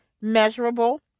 measurable